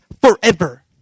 forever